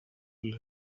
del